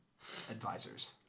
advisors